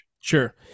Sure